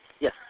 Yes